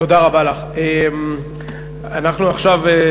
תודה רבה לך, גברתי.